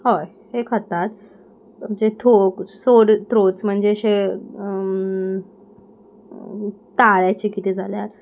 हय हे खातात म्हणजे थोक सोर त्रोथ्स म्हणजे अशे ताळ्याचे कितें जाल्यार